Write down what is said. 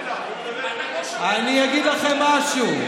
אגיד לכם משהו,